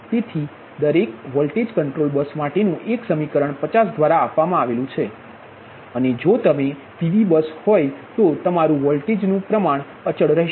તેથી દરેક voltage control bus માટેનું એક સમીકરણ 50 દ્વારા આપવામાં આવે છે અને જો તે PVબસ હોય તો તમારું વોલ્ટેજનું પ્રમાણ અચલ રહેશે